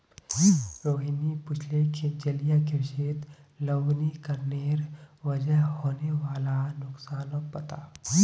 रोहिणी पूछले कि जलीय कृषित लवणीकरनेर वजह होने वाला नुकसानक बता